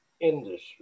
industry